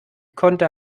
konnte